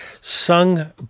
Sung